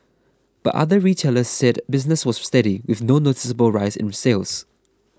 but other retailers said business was steady with no noticeable rise in sales